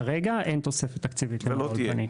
כרגע אין תוספת תקציבית למורי האולפנים.